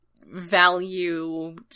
value